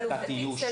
אבל עובדתית,